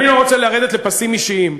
אני לא רוצה לרדת לפסים אישיים,